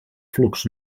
flux